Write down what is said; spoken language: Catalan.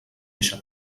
eixa